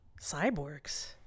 Cyborgs